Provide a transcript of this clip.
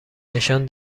نشان